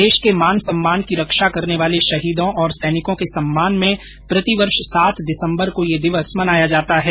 देश के मान सम्मान की रक्षा करने वाले शहीदों और सैनिकों के सम्मान में प्रतिवर्ष सात दिसम्बर को यह दिवस मनाया जाता है